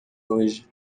hoje